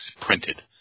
printed